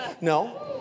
no